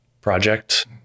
project